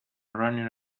running